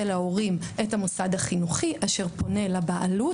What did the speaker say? ההורים את המוסד החינוכי אשר פונה לבעלות,